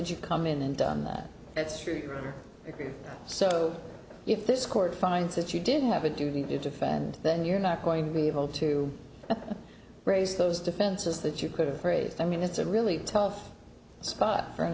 you come in and done that that's true for your career so if this court finds that you didn't have a duty to defend then you're not going to be able to raise those defenses that you could have phrased i mean that's a really tough spot for an